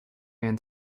ran